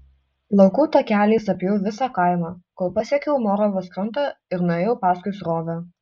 laukų takeliais apėjau visą kaimą kol pasiekiau moravos krantą ir nuėjau paskui srovę